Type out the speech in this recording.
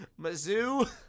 Mizzou